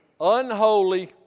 Unholy